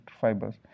fibers